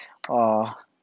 ah